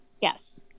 Yes